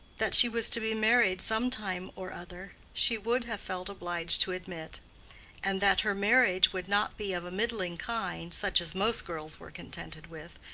that she was to be married some time or other she would have felt obliged to admit and that her marriage would not be of a middling kind, such as most girls were contented with,